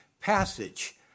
passage